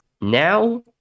now